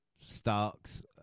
Starks